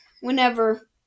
whenever